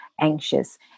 anxious